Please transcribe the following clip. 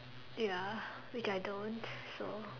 ya which I don't so